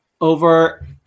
over